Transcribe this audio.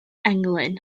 englyn